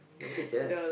nobody cares